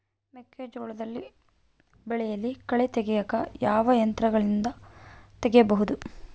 ಮೆಕ್ಕೆಜೋಳ ಬೆಳೆಯಲ್ಲಿ ಕಳೆ ತೆಗಿಯಾಕ ಯಾವ ಯಂತ್ರಗಳಿಂದ ತೆಗಿಬಹುದು?